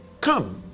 Come